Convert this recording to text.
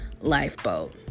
lifeboat